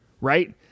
right